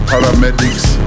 paramedics